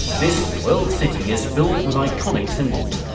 this world city is filled with iconic symbols,